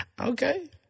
Okay